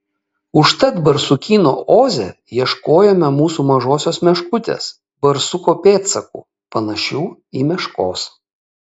užtat barsukyno oze ieškojome mūsų mažosios meškutės barsuko pėdsakų panašių į meškos